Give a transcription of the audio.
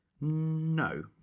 No